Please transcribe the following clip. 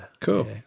Cool